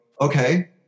okay